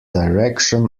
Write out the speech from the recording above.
direction